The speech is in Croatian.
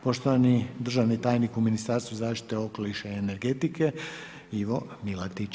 Poštovani državni tajnik u Ministarstvu zaštite okoliša i energetike Ivo MIlatić.